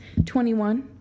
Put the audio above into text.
21